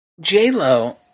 J-Lo